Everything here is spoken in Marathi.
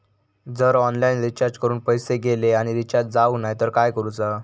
जर ऑनलाइन रिचार्ज करून पैसे गेले आणि रिचार्ज जावक नाय तर काय करूचा?